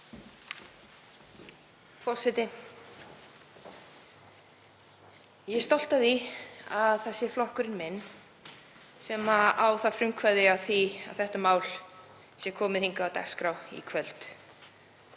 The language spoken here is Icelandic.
Forseti. Ég er stolt af því að það sé flokkurinn minn sem á frumkvæðið að því að þetta mál sé komið á dagskrá í kvöld